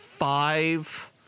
Five